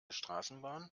straßenbahn